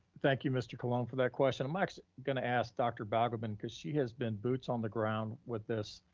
thank you, mr. colon, for that question. i'm actually gonna ask dr. balgobin, cause she has been boots on the ground with this,